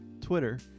Twitter